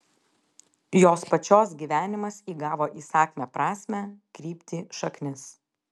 jos pačios gyvenimas įgavo įsakmią prasmę kryptį šaknis